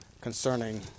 concerning